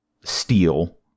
steel